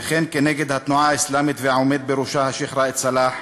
וכן כנגד התנועה האסלאמית והעומד בראשה השיח' ראאד סלאח,